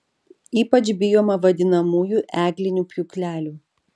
ypač bijoma vadinamųjų eglinių pjūklelių